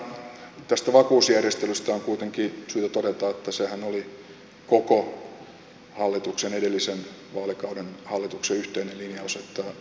kyllähän tästä vakuusjärjestelystä on kuitenkin syytä todeta että sehän oli koko hallituksen edellisen vaalikauden hallituksen yhteinen linjaus että vakuuksia haettiin